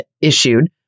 issued